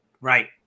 Right